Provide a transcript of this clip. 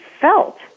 felt